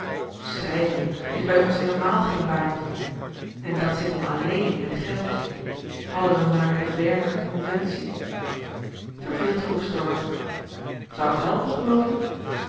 schrijven is bij ons heelemaal geen baantje en dat zit em alléén in het geld hadden we maar de berner conventie verveeld vroeg stork zou dat helpen geloof je